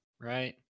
right